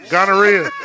Gonorrhea